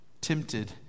tempted